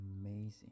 amazing